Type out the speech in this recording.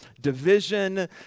division